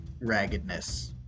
raggedness